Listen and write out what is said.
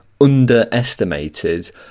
Underestimated